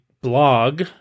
blog